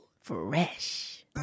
Fresh